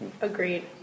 Agreed